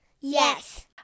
Yes